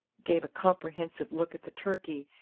gave a comprehensive look at the turkey,